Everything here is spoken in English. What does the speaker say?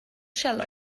shell